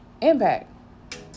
Impact